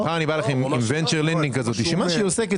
אם מחר אני בא אליכם עם ונצ'ר לנדינג כזאת שמה שהיא עושה,